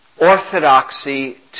orthodoxy